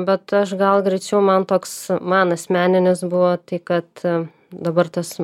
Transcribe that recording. bet aš gal greičiau man toks man asmeninis buvo tai kad dabar tas